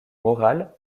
moral